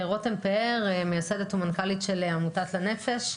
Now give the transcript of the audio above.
רותם פאר, מייסדת ומנכ"לית של עמותת לנפ"ש.